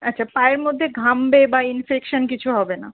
আচ্ছা পায়ের মধ্যে ঘামবে বা ইনফেকশান কিছু হবে না